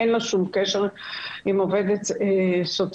אין לו שום קשר עם עובדת סוציאלית,